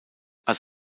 als